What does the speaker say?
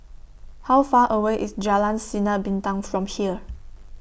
How Far away IS Jalan Sinar Bintang from here